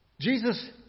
Jesus